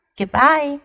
goodbye